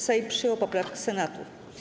Sejm przyjął poprawki Senatu.